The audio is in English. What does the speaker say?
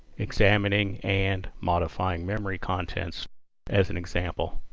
examining and modifying memory contents as an example.